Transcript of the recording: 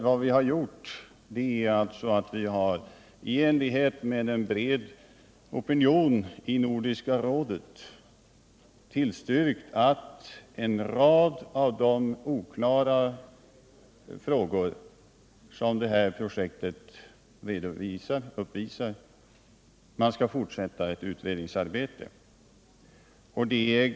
Vad vi har gjort är alltså att vi har i enlighet med en bred opinion i Nordiska rådet tillstyrkt att utredningsarbetet skall fortsätta i en rad av de oklara frågor som det här projektet uppvisar.